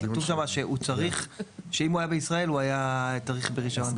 כתוב שם שאם הוא היה בישראל --- זאת הכוונה.